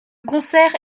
concert